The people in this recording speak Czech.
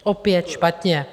Opět špatně.